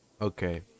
Okay